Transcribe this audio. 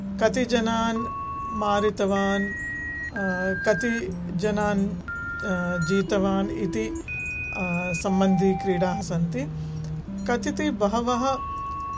कति जनान् मारितवान् कति जनान् जितवान् इति सम्बन्धिक्रीडाः सन्ति कतिति बहवः